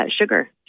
sugar